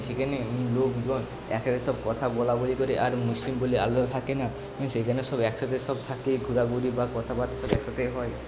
সেখানে লোকজন একসাথে সব কথা বলাবলি করে আর মুসলিম বলে আলাদা থাকে না সেইখানে সব একসাথে সব থাকে ঘোরাঘুরি বা কথাবার্তা সব একসাথেই হয়